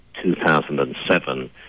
2007